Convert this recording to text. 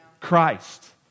Christ